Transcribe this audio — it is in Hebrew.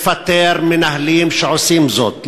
לפטר מנהלים שעושים זאת,